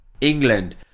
England